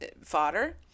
fodder